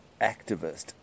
activist